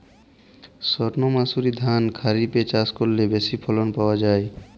সর্ণমাসুরি ধান খরিপে চাষ করলে বেশি ফলন পাওয়া যায়?